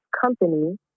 company